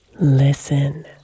Listen